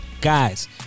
Guys